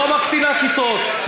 לא מקטינה כיתות,